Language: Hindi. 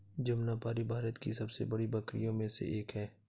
जमनापारी भारत की सबसे बड़ी बकरियों में से एक है